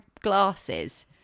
glasses